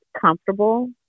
Comfortable